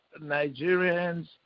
Nigerians